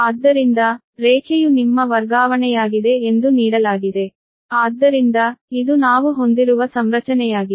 ಆದ್ದರಿಂದ ರೇಖೆಯು ನಿಮ್ಮ ವರ್ಗಾವಣೆಯಾಗಿದೆ ಎಂದು ನೀಡಲಾಗಿದೆ ಆದ್ದರಿಂದ ಇದು ನಾವು ಹೊಂದಿರುವ ಸಂರಚನೆಯಾಗಿದೆ